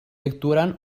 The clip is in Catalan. actuaran